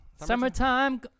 Summertime